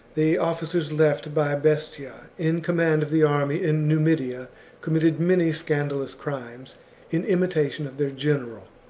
the officers left by bestia in command of the army in numidia com mitted many scandalous crimes in imitation of their general.